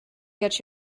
get